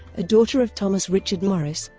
a daughter of thomas richard morris,